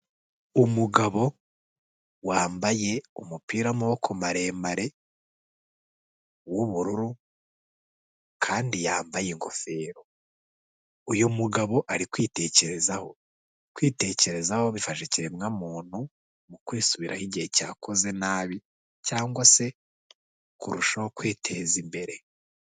Umugabo wambaye umupira w'amaboko maremare w'ubururu, kandi yambaye ingofero, Uyu mugabo ari kwitekerezaho, kwitekerezaho bifasha ikiremwamuntu mu kwisubiraho igihe cyakoze nabi cyangwa se kurushaho kwiteza imbere.